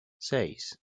seis